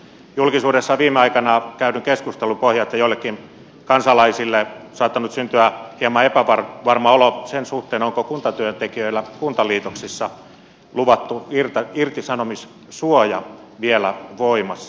julkisuudessa viime aikoina käydyn keskustelun pohjalta joillekin kansalaisille on saattanut syntyä hieman epävarma olo sen suhteen onko kuntatyöntekijöillä kuntaliitoksissa luvattu irtisanomissuoja vielä voimassa